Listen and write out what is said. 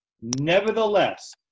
nevertheless